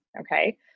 Okay